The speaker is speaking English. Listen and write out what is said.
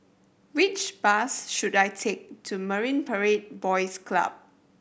which bus should I take to Marine Parade Boys Club